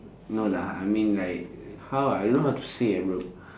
no lah I mean like how I don't know how to say ah bro